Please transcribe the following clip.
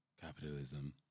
capitalism